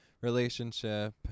relationship